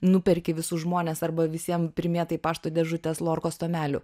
nuperki visus žmones arba visiem primėtai į pašto dėžutes lorkos tomelių